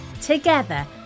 Together